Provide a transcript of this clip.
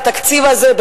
בגלל התקציב הזה,